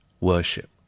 worship